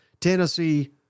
Tennessee